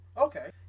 Okay